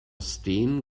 steen